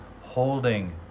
holding